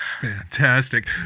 Fantastic